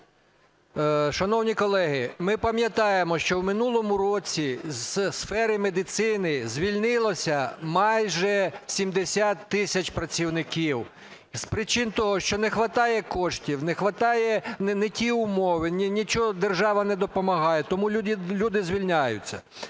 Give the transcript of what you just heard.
Шановні колеги, ми пам'ятаємо, що в минулому році з сфери медицини звільнилося майже 70 тисяч працівників з причин того, що не хватає коштів, не хватає… не ті умови. Нічого держава не допомагає, тому люди звільняються.